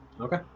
Okay